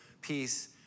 peace